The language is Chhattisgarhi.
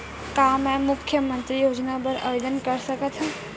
का मैं मुख्यमंतरी योजना बर आवेदन कर सकथव?